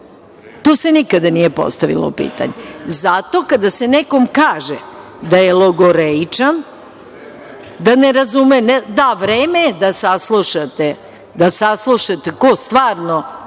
To se nikada nije postavilo. Zato, kada se nekom kaže da je logoreičan, da ne razume, da, vreme je da saslušate ko stvarno